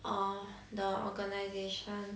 uh the organisation